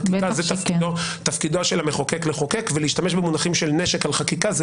אלא תפקידו של המחוקק הוא לחוקק ולהשתמש במונחים של נשק על חקיקה,